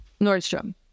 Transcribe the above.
Nordstrom